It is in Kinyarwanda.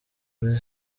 kuri